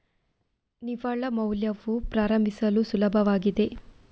ನಿವ್ವಳ ಮೌಲ್ಯವು ಪ್ರಾರಂಭಿಸಲು ಸುಲಭವಾಗಿದೆ